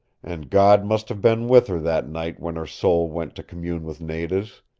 and god must have been with her that night when her soul went to commune with nada's.